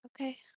Okay